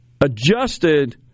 adjusted